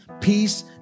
peace